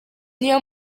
niyo